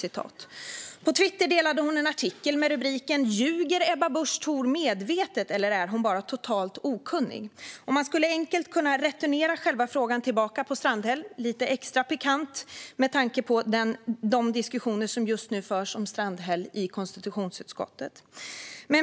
På Twitter delade hon en artikel med rubriken "Ljuger Ebba Busch Thor medvetet eller är hon totalt okunnig?". Man skulle enkelt kunna returnera själva frågan till Strandhäll, vilket är lite extra pikant med tanke på de diskussioner som just nu förs om henne i konstitutionsutskottet.